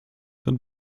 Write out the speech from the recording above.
dann